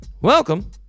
welcome